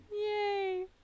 Yay